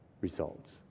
results